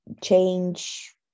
change